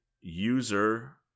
user